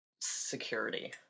security